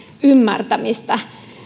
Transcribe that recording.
ymmärtämistä